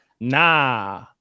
nah